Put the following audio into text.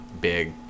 big